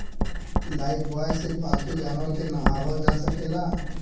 Lifebuoy से पाल्तू जानवर के नेहावल जा सकेला